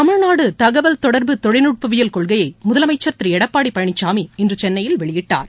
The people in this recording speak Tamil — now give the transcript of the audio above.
தமிழ்நாடு தகவல்தொடர்பு தொழில்நுட்பவியல் கொள்கையை முதலமைச்சர் திரு எடப்பாடி பழனிசாமி இன்று சென்னையில் வெளியிட்டார்